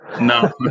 No